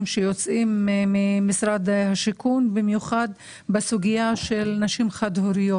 שיוצאים ממשרד השיכון בסוגיה של נשים חד הוריות,